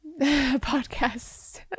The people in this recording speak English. podcasts